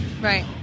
Right